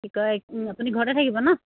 কি কয় আপুনি ঘৰতে থাকিব ন